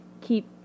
keep